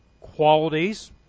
qualities